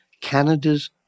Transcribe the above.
Canada's